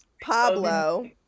Pablo